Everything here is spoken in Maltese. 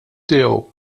tiegħu